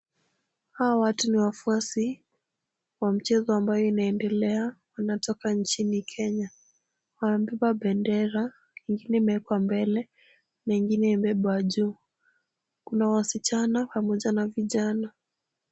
Hawa watu ni wafuasi wa mchezo ambayo inaendelea, wanatoka nchini Kenya. Wamebeba bendera ingine imewekwa mbele na ingine imebebwa juu. Kuna wasichana pamoja na vijana.